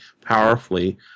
powerfully